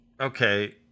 okay